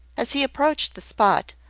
as he approached the spot,